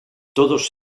todos